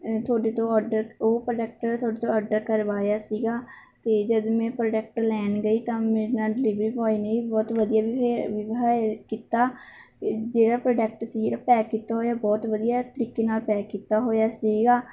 ਤੁਹਾਡੇ ਤੋਂ ਓਡਰ ਉਹ ਪ੍ਰੋਡਕਟ ਤੁਹਾਡੇ ਤੋਂ ਓਡਰ ਕਰਵਾਇਆ ਸੀਗਾ ਅਤੇ ਜਦ ਮੈਂ ਪ੍ਰੋਡਕਟ ਲੈਣ ਗਈ ਤਾਂ ਮੇਰੇ ਨਾਲ ਡਿਲੀਵਰੀ ਬੋਆਏ ਨੇ ਬਹੁਤ ਵਧੀਆ ਬੀਬਹੇ ਬੀਵਹੇਵ ਕੀਤਾ ਜਿਹੜਾ ਪ੍ਰੋਡਕਟ ਸੀ ਪੈਕ ਕੀਤਾ ਹੋਇਆ ਬਹੁਤ ਵਧੀਆ ਤਰੀਕੇ ਨਾਲ ਪੈਕ ਕੀਤਾ ਹੋਇਆ ਸੀਗਾ